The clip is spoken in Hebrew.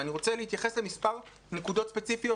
ואני רוצה להתייחס למספר נקודות ספציפיות